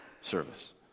service